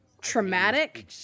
traumatic